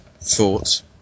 thoughts